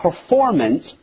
performance